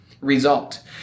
result